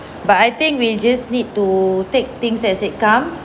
but I think we just need to take things as it comes